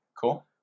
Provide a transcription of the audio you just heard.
Cool